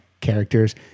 characters